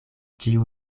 ĉiu